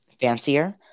fancier